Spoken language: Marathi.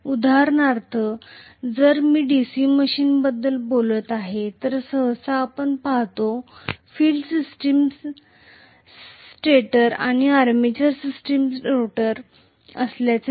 उदाहरणार्थ जर मी DC मशीनबद्दल बोलत आहे तर सहसा आपण पाहतो फील्ड सिस्टम स्टेटर आणि आर्मेचर सिस्टम रोटर असल्याचे दिसेल